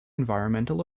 environmental